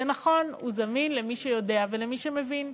זה נכון, הוא זמין למי שיודע ומי שמבין,